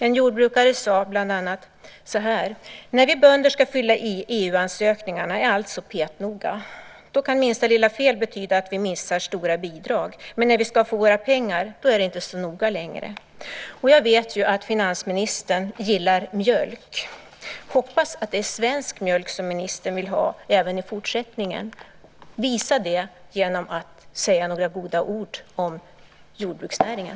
En jordbrukare sade bland annat så här: När vi bönder ska fylla i EU-ansökningarna är allt så petnoga. Då kan minsta lilla fel betyda att vi missar stora bidrag. Men när vi ska få våra pengar är det inte så noga längre. Jag vet att finansministern gillar mjölk. Jag hoppas att det är svensk mjölk som ministern vill ha även i fortsättningen. Visa det genom att säga några goda ord om jordbruksnäringen.